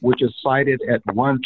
which is cited at one